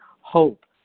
hope